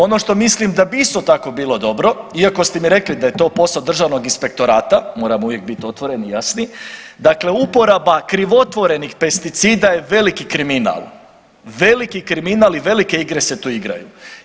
Ono što mislim da bi isto tako bilo dobro, iako ste mi rekli da je posao Državnog inspektorata, moramo uvijek biti otvoreni i jasni, dakle uporaba krivotvorenih pesticida je veliki kriminal, veliki kriminal i velike igre se tu igraju.